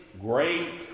great